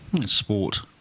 Sport